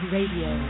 Radio